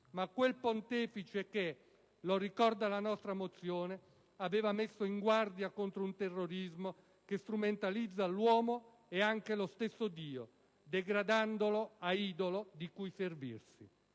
ma quel Pontefice che - lo ricorda la nostra mozione - aveva messo in guardia contro un terrorismo che strumentalizza l'uomo e anche lo stesso Dio, degradandolo a idolo di cui servirsi.